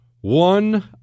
One